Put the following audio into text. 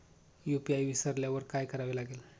UPI विसरल्यावर काय करावे लागेल?